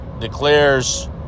declares